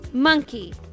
monkey